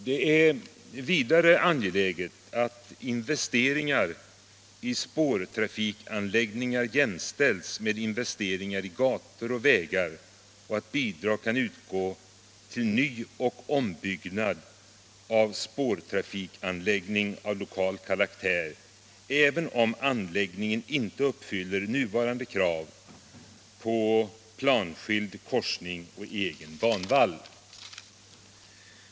Det är vidare angeläget att investeringar i spårtrafikanläggningar jämställs med investeringar i gator och vägar och att bidrag kan utgå till ny och ombyggnad av spårtrafikanläggning av lokal karaktär även om anläggningen inte uppfyller nuvarande krav på planskild korsning å egen banvall.